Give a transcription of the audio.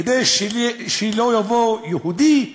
כדי שלא יבוא יהודי,